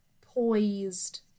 poised